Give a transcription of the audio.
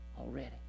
Already